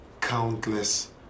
countless